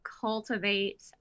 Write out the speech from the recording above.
cultivate